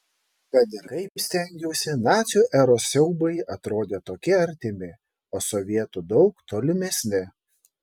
kad ir kaip stengiausi nacių eros siaubai atrodė tokie artimi o sovietų daug tolimesni